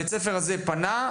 בית הספר הזה פנה,